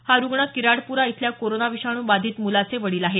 हा रूग्ण किराडपुरा इथल्या कोरोना विषाणू बाधित मुलाचे वडील आहेत